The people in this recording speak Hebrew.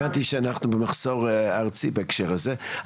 הבנתי שאנחנו במחסור ארצי בהקשר הזה.